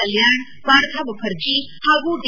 ಕಲ್ಟಾಣ್ ಪಾರ್ಥ ಮುಖರ್ಜಿ ಹಾಗೂ ಡಿ